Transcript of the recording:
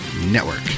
Network